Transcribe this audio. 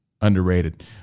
underrated